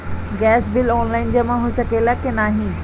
Gas bill online जमा हो सकेला का नाहीं?